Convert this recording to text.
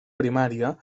primària